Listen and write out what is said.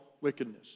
wickedness